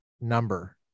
number